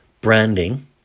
branding